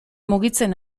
mugitzen